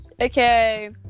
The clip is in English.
Okay